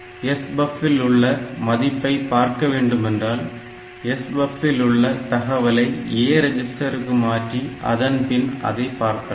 SBUF ல் உள்ள மதிப்பை பார்க்க வேண்டுமென்றால் SBUF ல் உள்ள தகவலை A ரெஜிஸ்டர் க்கு மாற்றி அதன்பின் அதை பார்க்கலாம்